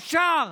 אפשר,